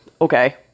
okay